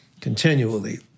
continually